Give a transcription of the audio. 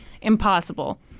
impossible